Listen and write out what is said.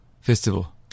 festival